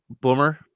Boomer